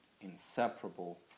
inseparable